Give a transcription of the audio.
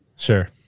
Sure